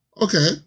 okay